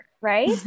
right